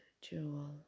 jewel